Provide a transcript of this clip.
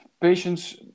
Patients